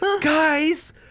guys